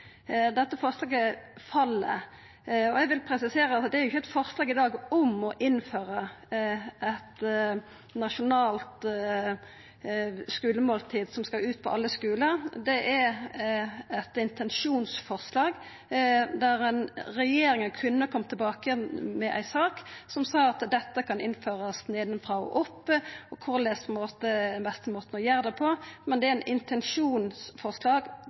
Dette forslaget fell. Eg vil presisera at det er ikkje eit forslag om å innføra eit nasjonalt skulemåltid, som skal ut på alle skular. Det er eit intensjonsforslag der regjeringa kunne koma tilbake med ei sak om at dette kan innførast nedanfrå og opp, og om den beste måten å gjera det på. Det er